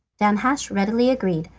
danhasch readily agreed,